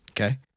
Okay